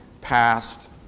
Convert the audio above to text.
passed